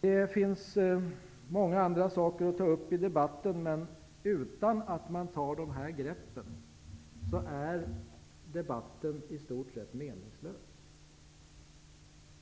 Det finns många andra saker att ta upp i debatten, men om vi inte tar de här greppen är debatten i stort sett meningslös.